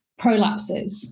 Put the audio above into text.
Prolapses